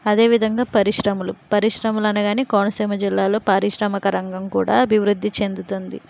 అదేవిధంగా పరిశ్రమలు పరిశ్రమలు అనగానే కోనసీమ జిల్లాలో పారిశ్రామక రంగం కూడా అభివృద్ధి చెందుతుంది